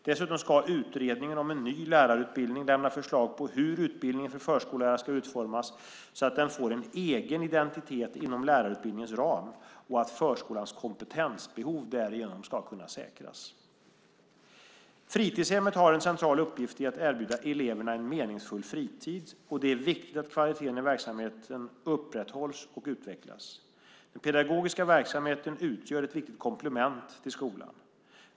Dessutom ska utredningen om en ny lärarutbildning lämna förslag på hur utbildningen för förskollärare ska utformas så att den får en egen identitet inom lärarutbildningens ram och att förskolans kompetensbehov därigenom ska kunna säkras. Fritidshemmet har en central uppgift i att erbjuda eleverna en meningsfull fritid. Det är viktigt att kvaliteten i verksamheten upprätthålls och utvecklas. Den pedagogiska verksamheten utgör ett viktigt komplement till skolan.